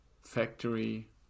factory